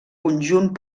conjunt